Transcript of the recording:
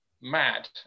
mad